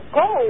go